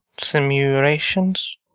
Simulations